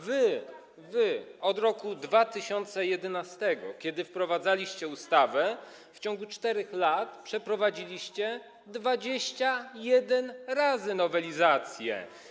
Wy od roku 2011, kiedy wprowadzaliście ustawę, w ciągu 4 lat przeprowadziliście 21 razy nowelizację.